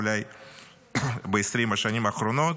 אולי ב-20 השנים האחרונות.